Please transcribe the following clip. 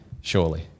Surely